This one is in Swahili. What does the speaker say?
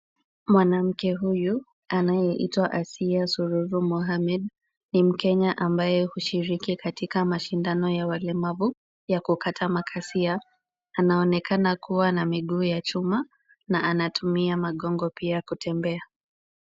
Mwanamke huyu anayeitwa Asiya Sururu Mohamed, ni mkenya ambaye hushiriki katika mashindano ya walemavu ya kukata makasia. Anaonekana kuwa na miguu ya chuma, na anatumia magongo pia kutembea.